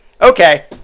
Okay